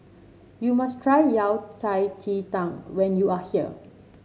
you must try Yao Cai Ji Tang when you are here